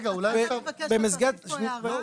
אז רגע, אולי --- אז אפשר לבקש להוסיף פה הערה.